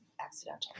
accidental